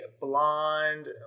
blonde